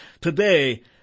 Today